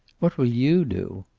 what will you do?